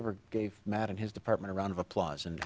ever gave matt and his department around of applause and